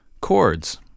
chords